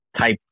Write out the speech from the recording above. type